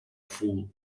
fool